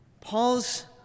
Paul's